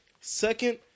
Second